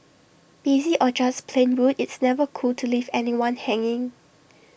busy or just plain rude it's never cool to leave anyone hanging